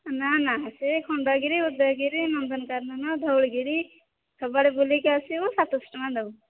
ନା ନା ସେ ଖଣ୍ଡଗିରି ଉଦୟଗିରି ନନ୍ଦନକାନନ ଧଉଳିଗିରି ସବୁଆଡ଼େ ବୁଲିକି ଆସିବୁ ସାତଶହ ଟଙ୍କା ଦେବୁ